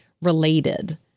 related